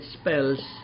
spells